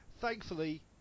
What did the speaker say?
thankfully